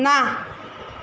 না